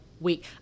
week